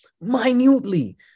minutely